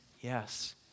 Yes